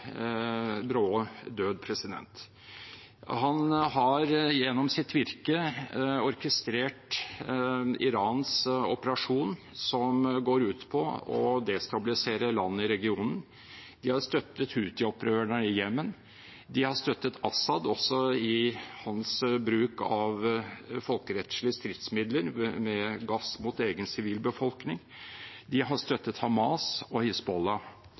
Han har gjennom sitt virke orkestrert Irans operasjon, som går ut på å destabilisere land i regionen. De har støttet Houthi-opprørerne i Jemen, de har støttet Assad også i hans bruk av folkerettsstridige stridsmidler, gass mot egen sivilbefolkning, de har støttet Hamas og